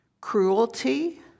cruelty